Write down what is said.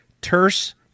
terse